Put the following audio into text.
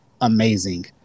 amazing